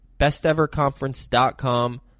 besteverconference.com